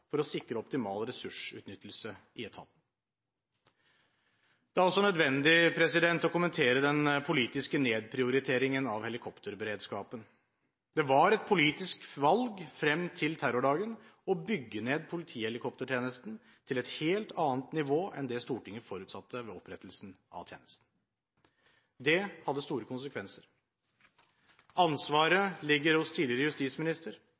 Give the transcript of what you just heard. for å sikre optimal ressursutnyttelse i etaten. Det er også nødvendig å kommentere den politiske nedprioriteringen av helikopterberedskapen. Det var et politisk valg frem til terrordagen å bygge ned politihelikoptertjenesten til et helt annet nivå enn det Stortinget forutsatte ved opprettelsen av tjenesten. Dette hadde store konsekvenser. Ansvaret ligger hos tidligere justisminister,